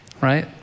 Right